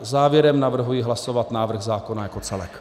Závěrem navrhuji hlasovat návrh zákona jako celek.